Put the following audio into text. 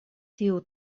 tiu